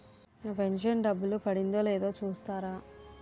నా pension డబ్బులు పడిందో లేదో చూస్తారా?